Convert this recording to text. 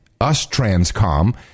USTRANSCOM